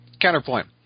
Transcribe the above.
counterpoint